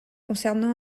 concernant